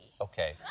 Okay